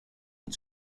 and